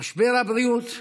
משבר הבריאות,